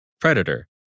predator